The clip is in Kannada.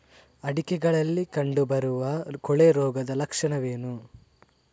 ಅಡಿಕೆಗಳಲ್ಲಿ ಕಂಡುಬರುವ ಕೊಳೆ ರೋಗದ ಲಕ್ಷಣವೇನು?